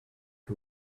who